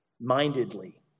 mindedly